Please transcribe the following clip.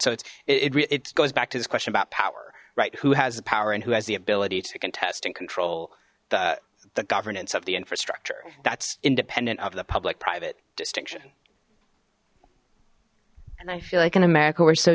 so it's it's goes back to this question about power right who has the power and who has the ability to contest and control the the governance of the infrastructure that's independent of the public private distinction and i feel like in america we're so